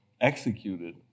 executed